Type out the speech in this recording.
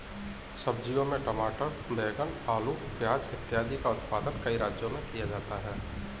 सब्जियों में टमाटर, बैंगन, आलू, प्याज इत्यादि का उत्पादन कई राज्यों में किया जाता है